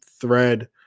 thread